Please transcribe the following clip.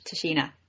Tashina